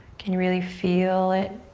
can you really feel it?